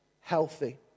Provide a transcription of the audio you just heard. healthy